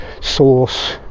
source